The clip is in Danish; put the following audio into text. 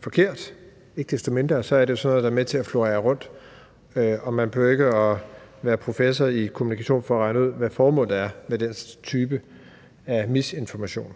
forkert. Ikke desto mindre er det jo sådan noget, der florerer. Og man behøver ikke at være professor i kommunikation for at regne ud, hvad formålet er med den type af misinformation.